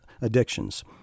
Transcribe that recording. addictions